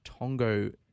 Tongo